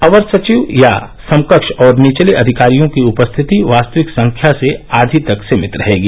अवर सचिव या समकक्ष और निचले अधिकारियों की उपस्थिति वास्तविक संख्या से आधी तक सीमित रहेगी